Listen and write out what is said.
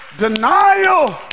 Denial